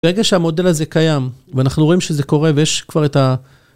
ברגע שהמודל הזה קיים, ואנחנו רואים שזה קורה ויש כבר את ה...